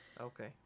Okay